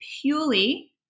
purely